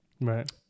right